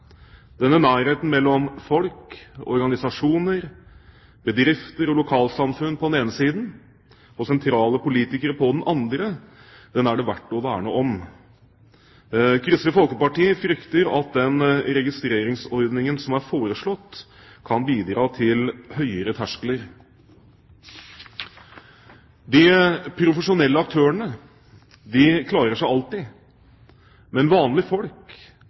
Denne nærheten mellom folk, organisasjoner, bedrifter og lokalsamfunn på den ene siden og sentrale politikere på den andre er det verdt å verne om. Kristelig Folkeparti frykter at den registreringsordningen som er foreslått, kan bidra til høyere terskler. De profesjonelle aktørene klarer seg alltid, men vanlige folk